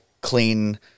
clean